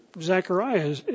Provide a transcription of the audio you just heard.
Zechariah